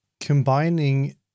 Combining